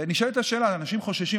ונשאלת השאלה: אנשים חוששים,